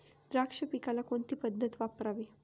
द्राक्ष पिकाला कोणती पद्धत वापरावी?